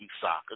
soccer